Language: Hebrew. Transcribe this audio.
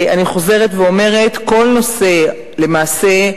אני חוזרת ואומרת, כל נושא, למעשה,